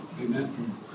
Amen